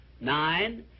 nine